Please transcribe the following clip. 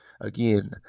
again